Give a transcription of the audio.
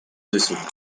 dessous